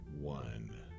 One